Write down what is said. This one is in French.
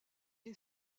est